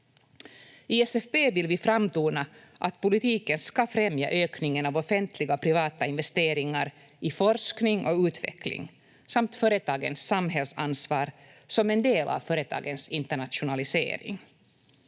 I SFP vill vi framtona att politiken ska främja ökningen av offentliga och privata investeringar i forskning och utveckling samt företagens samhällsansvar som en del av företagens internationalisering.